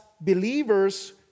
believers